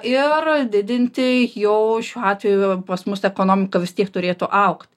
ir didinti jau šiuo atveju pas mus ekonomika vis tiek turėtų augt